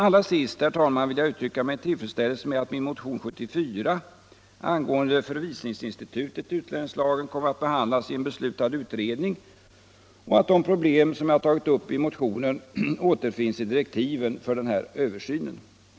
Allra sist, herr talman, vill jag uttrycka min tillfredsställelse med att min motion 1975/76:74 angående förvisningsinstitutet i utlänningslagen kommer att behandlas i en beslutad utredning och att de problem jag har tagit upp i motionen återfinns i direktiven för denna översyn.